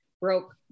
broke